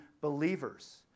believers